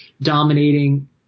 dominating